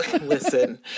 Listen